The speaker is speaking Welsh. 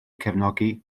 cefnogi